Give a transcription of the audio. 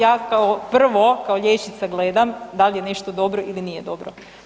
Ja kao prvo kao liječnica gledam dal je nešto dobro ili nije dobro.